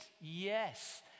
yes